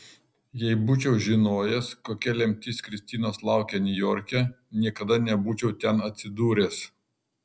jei būčiau žinojęs kokia lemtis kristinos laukia niujorke niekada nebūčiau ten atsidūręs